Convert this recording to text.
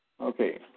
Okay